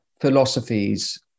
philosophies